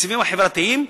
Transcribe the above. לתקציבים החברתיים,